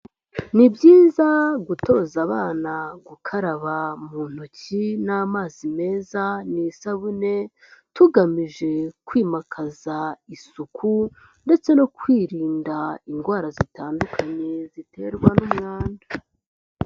Ni byiza gutoza abana gukaraba mu ntoki n'amazi meza n'isabune tugamije kwimakaza isuku, ndetse no kwirinda indwara zitandukanye ziterwa n'umwanda.